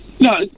No